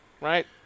right